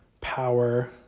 power